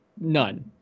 None